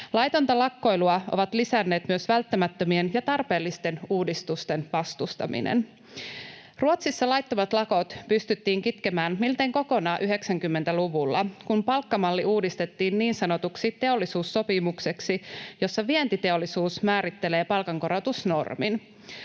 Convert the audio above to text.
Laitonta lakkoilua ovat lisänneet myös välttämättömien ja tarpeellisten uudistusten vastustaminen. Ruotsissa laittomat lakot pystyttiin kitkemään miltei kokonaan 90-luvulla, kun palkkamalli uudistettiin niin sanotuksi teollisuussopimukseksi, jossa vientiteollisuus määrittelee palkankorotusnormin.